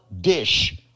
dish